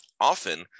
Often